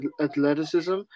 athleticism